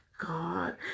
god